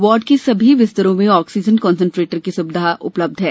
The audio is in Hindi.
वार्ड के सभी बिस्तरों में ऑक्सीजन कसंट्रेटर की सुविधा उपलब्ध है